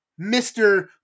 Mr